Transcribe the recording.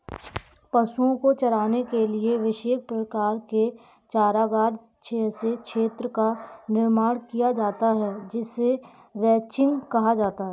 पशुओं को चराने के लिए विशेष प्रकार के चारागाह जैसे क्षेत्र का निर्माण किया जाता है जिसे रैंचिंग कहा जाता है